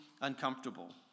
uncomfortable